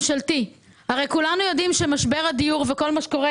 הרי כולנו יודעים שמשבר הדיור וכל מה שקורה